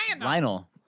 Lionel